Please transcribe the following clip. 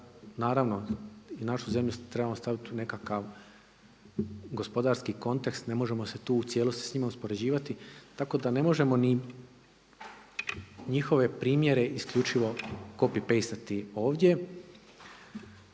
Naravno i našu zemlju trebamo staviti u nekakav gospodarski kontekst, ne možemo se tu u cijelosti s njima uspoređivati. Tako da ne možemo ni njihove primjere isključivo copy paste ovdje.